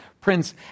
prince